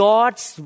God's